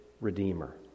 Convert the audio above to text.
Redeemer